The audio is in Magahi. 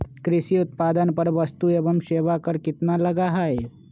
कृषि उत्पादन पर वस्तु एवं सेवा कर कितना लगा हई?